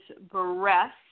breath